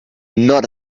not